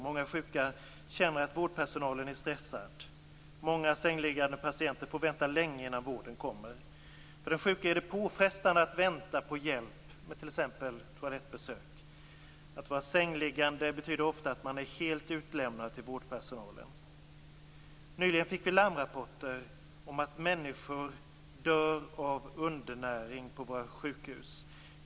Många sjuka känner att vårdpersonalen är stressad, och många sängliggande patienter får vänta länge innan vården kommer. För den sjuke är det påfrestande att vänta på hjälp med t.ex. toalettbesök. Att vara sängliggande betyder ofta att man är helt utlämnad till vårdpersonalen. Nyligen fick vi larmrapporter om att människor dör av undernäring på våra sjukhus.